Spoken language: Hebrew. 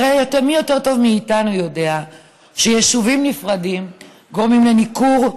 הרי מי יודע יותר טוב מאיתנו שיישובים נפרדים גורמים לניכור,